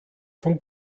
von